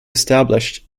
established